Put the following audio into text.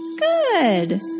Good